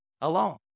alone